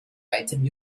item